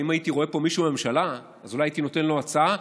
ואם הייתי רואה פה מישהו מהממשלה אז אולי הייתי נותן לו הצעה.